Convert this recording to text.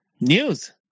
News